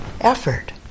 effort